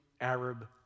Arab